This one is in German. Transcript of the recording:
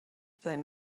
sein